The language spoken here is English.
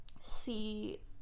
See